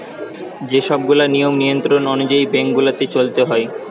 যে সব গুলা নিয়ম নিয়ন্ত্রণ অনুযায়ী বেঙ্ক গুলাকে চলতে হয়